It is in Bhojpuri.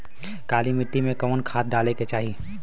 काली मिट्टी में कवन खाद डाले के चाही?